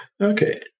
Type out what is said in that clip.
Okay